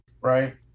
Right